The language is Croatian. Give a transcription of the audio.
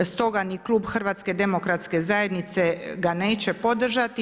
Stoga ni klub HDZ-a ga neće podržati.